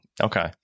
Okay